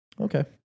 okay